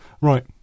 right